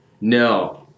No